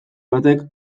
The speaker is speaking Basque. batek